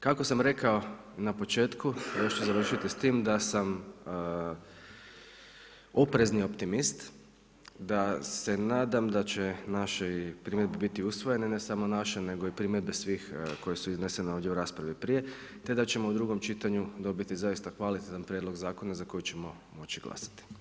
Kako sam rekao na početku i još ću završiti s tim da sam oprezni optimist, da se nadam da će naše primjedbe biti usvojene ne samo naše nego i primjedbe svih koje su iznesene ovdje u raspravi prije, ta da ćemo u drugom čitanju dobiti doista kvalitetan prijedlog zakona za koji ćemo moći glasati.